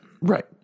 Right